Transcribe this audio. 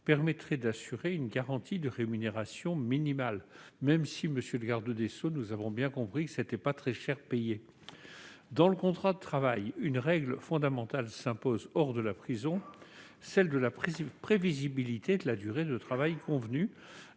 permettrait d'assurer une garantie de rémunération minimale- même si nous avons bien compris, monsieur le garde des sceaux, que le travail en prison n'était pas très cher payé. Dans le contrat de travail, une règle fondamentale s'impose hors de la prison : celle de la prévisibilité de la durée de travail convenue,